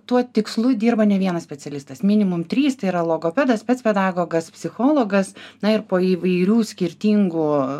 tuo tikslu dirba ne vienas specialistas minimum trys tai yra logopedas spec pedagogas psichologas na ir po įvairių skirtingų